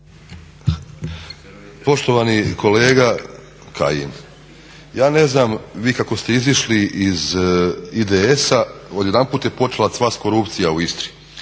Poštovani kolega Kajin, ja ne znam vi kako ste izišli iz IDS-a odjedanput je počela cvast korupcija u Istri